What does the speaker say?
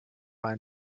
ein